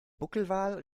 buckelwal